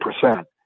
percent